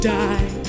die